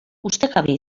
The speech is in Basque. ustekabea